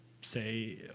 say